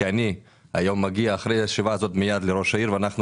כי אני היום מגיע אחרי הישיבה הזאת מייד לראש העיר ואנחנו